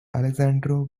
alessandro